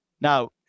now